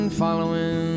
following